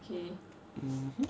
mmhmm